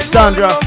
Sandra